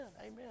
amen